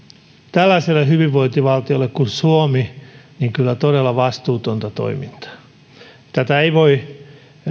tällaiselle hyvinvointivaltiolle kuin suomi kyllä todella vastuutonta toimintaa tätä ei voi